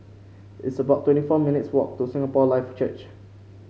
it's about twenty four minutes' walk to Singapore Life Church